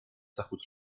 zachód